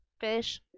Fish